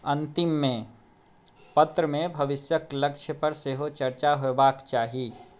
अन्तिममे पत्रमे भविष्यके लक्ष्यपर सेहो चर्चा होयबाक चाही